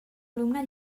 alumne